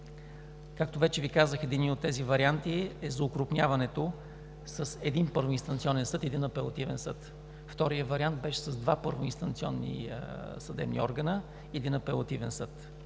Както вече Ви казах, единият от тези варианти е за окрупняването с един първоинстанционен съд и един апелативен съд. Вторият вариант беше с два първоинстанционни съдебни органа и един апелативен съд.